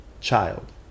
Child